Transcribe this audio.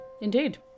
Indeed